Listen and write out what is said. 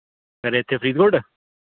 ਫਿਰ ਇੱਥੇ ਫਰੀਦਕੋਟ